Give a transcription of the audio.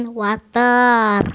water